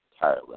tireless